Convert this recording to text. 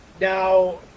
Now